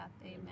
Amen